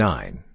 Nine